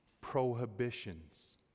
Prohibitions